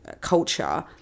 culture